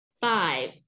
five